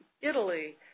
Italy